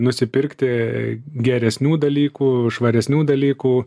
nusipirkti geresnių dalykų švaresnių dalykų